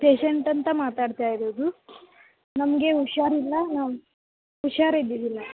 patient ಅಂತ ಮಾತಾಡ್ತಾಯಿರುದು ನಮಗೆ ಹುಷಾರಿಲ್ಲ ಹುಷಾರ್ ಇದ್ದಿದ್ದಿಲ್ಲ